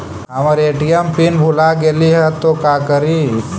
हमर ATM pin भूला गेली हे, तो का करि?